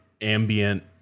ambient